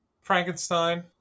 Frankenstein